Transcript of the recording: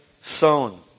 sown